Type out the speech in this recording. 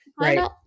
Right